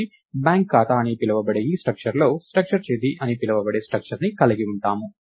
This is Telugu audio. కాబట్టి బ్యాంక్ ఖాతా అని పిలువబడే ఈ స్ట్రక్చర్ లో స్ట్రక్చర్ తేదీ అని పిలువబడే స్ట్రక్చర్ ని కలిగి ఉన్నాము